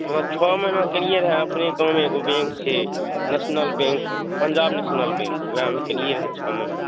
हँ छओ महिना केलिए रहै अपने गाँवेमे एगो बैंक छै national bank Punjab national bank वएहमे केलिए रहै छओ महिना